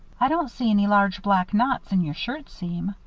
i don't see any large black knots in your shirt seam,